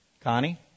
Connie